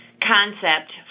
Concept